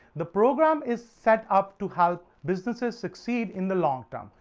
the program is set up to help businesses succeed in the long term.